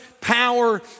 power